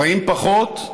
חיים פחות,